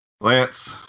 Lance